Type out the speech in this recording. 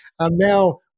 now